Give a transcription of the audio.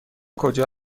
کجا